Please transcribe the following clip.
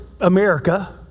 America